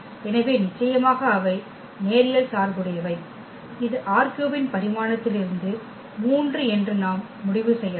எனவே நிச்சயமாக அவை நேரியல் சார்புடையவை இது ℝ3 இன் பரிமாணத்திலிருந்து 3 என்று நாம் முடிவு செய்யலாம்